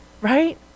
Right